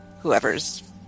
whoever's